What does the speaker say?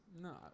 no